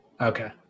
okay